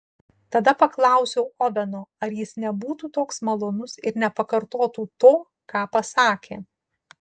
tada paklausiau oveno ar jis nebūtų toks malonus ir nepakartotų to ką pasakė